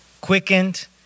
quickened